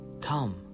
come